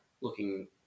looking